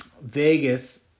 Vegas